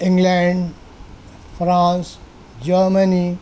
England France Germany